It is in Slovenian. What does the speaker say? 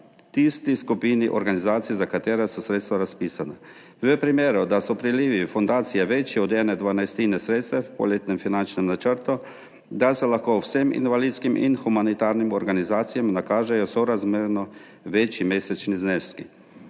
tisti skupini organizacij, za katero so sredstva razpisana. V primeru, da so prilivi fundacije večji od ene dvanajstine sredstev po letnem finančnem načrtu, se lahko vsem invalidskim in humanitarnim organizacijam nakažejo sorazmerno večji mesečni zneski.